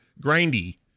grindy